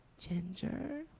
Ginger